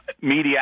media